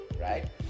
right